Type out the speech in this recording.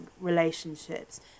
relationships